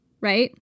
right